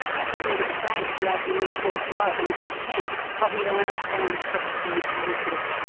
give me the strength so that i can move towards love, and if i can't, help me to understand the purposefulness of of my fear.